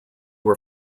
were